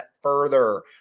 further